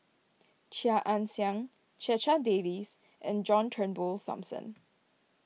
Chia Ann Siang Checha Davies and John Turnbull Thomson